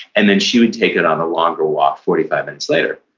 and then she would take it on a longer walk forty five minutes later.